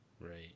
Right